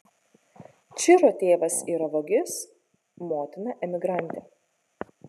čiro tėvas yra vagis motina emigrantė